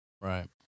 Right